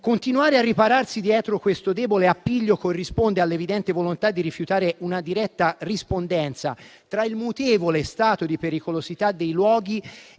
Continuare a ripararsi dietro questo debole appiglio corrisponde all'evidente volontà di rifiutare una diretta rispondenza tra il mutevole stato di pericolosità dei luoghi